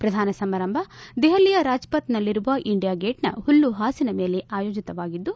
ಪ್ರಧಾನ ಸಮಾರಂಭ ದೆಹಲಿಯ ರಾಜ್ಪಥ್ನಲ್ಲಿರುವ ಇಂಡಿಯಾ ಗೇಟ್ನ ಹುಲ್ಲು ಹಾಸಿನ ಮೇಲೆ ಆಯೋಜತವಾಗಿದ್ದು